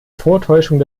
vortäuschung